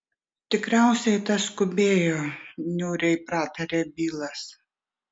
tikriausiai tas skubėjo niūriai pratarė bilas